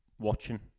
watching